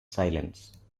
silence